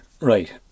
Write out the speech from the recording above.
right